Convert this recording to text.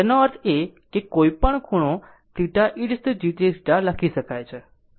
તેનો અર્થ એ કે કોઈપણ ખૂણો θ E e jθ લખી શકાય